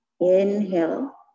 Inhale